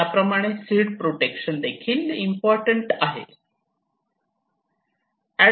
त्याचप्रमाणे seed protection important आहे